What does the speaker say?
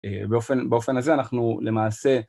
באופן, באופן הזה אנחנו למעשה